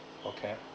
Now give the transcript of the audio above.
okay